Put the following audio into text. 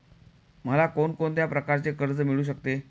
मला कोण कोणत्या प्रकारचे कर्ज मिळू शकते?